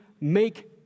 make